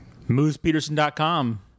MoosePeterson.com